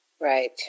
right